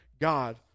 God